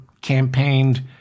campaigned